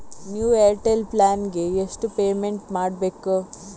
New Airtel plan ಗೆ ಎಷ್ಟು payment ಮಾಡ್ಬೇಕು?